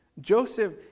Joseph